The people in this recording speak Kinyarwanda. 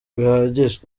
bihagije